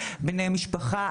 בני משפחה,